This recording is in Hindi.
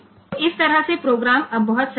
तो इस तरह से प्रोग्राम अब बहुत सरल है